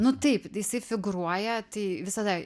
nu taip jisai figūruoja tai visada